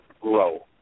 grow